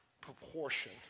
proportion